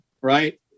right